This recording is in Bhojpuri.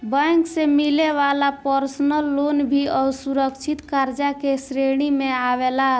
बैंक से मिले वाला पर्सनल लोन भी असुरक्षित कर्जा के श्रेणी में आवेला